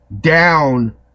down